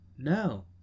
No